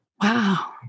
Wow